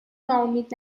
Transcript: ناامید